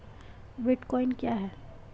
Bitcoin क्या है?